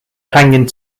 hanging